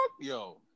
Yo